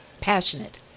passionate